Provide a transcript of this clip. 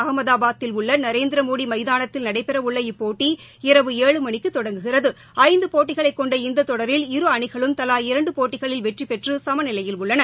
அகமதாபாத்தில் உள்ள நரேந்திரமோடி மைதானத்தில் நடைபெறவுள்ள இப்பேட்டி இரவு ஏழு மணிக்கு தொடங்குகிறது கொண்ட இந்த தொடரில் இரு அணிகளும் தலா இரண்டு போட்டிகளில் வெற்றிபெற்று சமநிலையில் உள்ளன